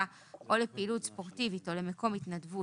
או לפעילות ספורטיבית או למקום התנדבות.